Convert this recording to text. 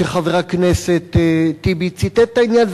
שחבר הכנסת טיבי ציטט את העניין,